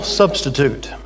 substitute